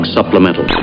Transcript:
Supplemental